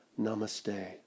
Namaste